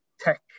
tech